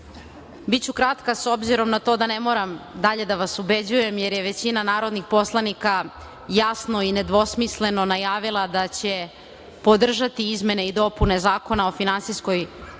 biću kratka, s obzirom na to da ne moram dalje da vas ubeđujem, jer je većina narodnih poslanika jasno i nedvosmisleno najavila da će podržati izmene i dopune Zakona o finansijskoj podršci